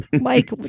Mike